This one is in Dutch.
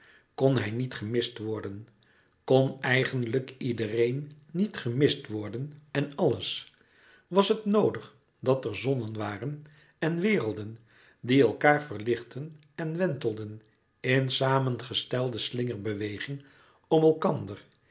kon hij niet gemist worden kon eigenlijk iedereen niet gemist worden en alles was het noodig dat er zonnen waren en werelden die elkaâr verlichtten en wentelden in samengestelde slingerbeweging om elkander